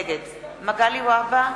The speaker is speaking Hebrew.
נגד מגלי והבה,